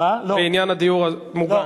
בעניין הדיור המוגן.